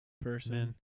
person